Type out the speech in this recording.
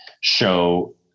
show